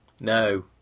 no